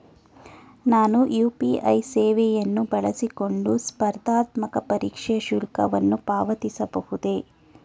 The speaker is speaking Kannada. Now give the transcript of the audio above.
ನಾನು ಯು.ಪಿ.ಐ ಸೇವೆಯನ್ನು ಬಳಸಿಕೊಂಡು ಸ್ಪರ್ಧಾತ್ಮಕ ಪರೀಕ್ಷೆಯ ಶುಲ್ಕವನ್ನು ಪಾವತಿಸಬಹುದೇ?